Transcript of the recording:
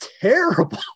terrible